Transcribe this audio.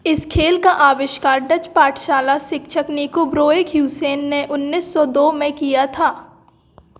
इस खेल का आविष्कार डच पाठशाला शिक्षक निको ब्रोएकह्युइसेन ने उन्नीस सौ दो में किया था